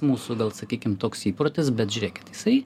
mūsų gal sakykim toks įprotis bet žiūrėkit jisai